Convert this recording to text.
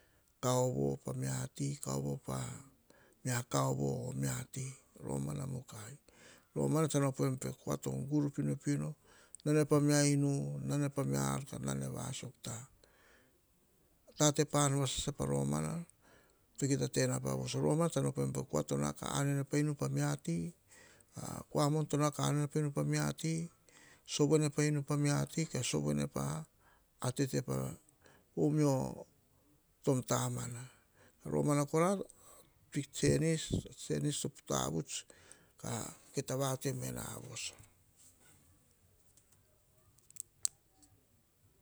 Koava pa mia ti, kaovo pa mia kaovo, o amia ti romana va mukai romana, nom op enom pe kua to gur pinopino, nane pa mmia en nu ka nane vasok ta. Tate pa om vasasa pa romana to kita tena pa voso op pe koa to nao ka om pa enu pa mia ti. Kua to nao ka om pa enu pa mia ti. Sovo pa inu pa mia ti sovo pa ar tete po tam tamama romana kora bik tsenis to tavuts ka kita vatoi mena voso.